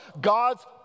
God's